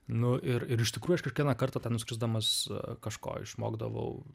nu ir ir iš tikrųjų aš kiekvieną kartą ten nuskrisdamas kažko išmokdavau